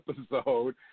episode